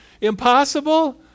Impossible